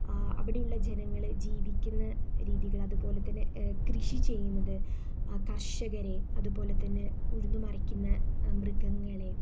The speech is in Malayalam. അവിടെയുള്ള ജനങ്ങൾ ജീവിക്കുന്ന രീതികൾ അതുപോലെത്തന്നെ കൃഷി ചെയ്യുന്നത് കർഷകരെ അതുപോലെത്തന്നെ ഉഴുന്നുമറിക്കുന്ന മൃഗങ്ങളെ